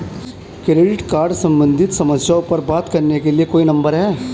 Credit card सम्बंधित समस्याओं पर बात करने के लिए कोई नंबर है?